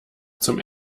zum